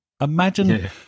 Imagine